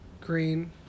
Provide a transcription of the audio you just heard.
green